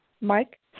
Mike